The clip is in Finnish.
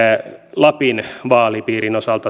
lapin vaalipiirin osalta